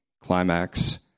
climax